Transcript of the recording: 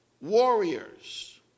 Warriors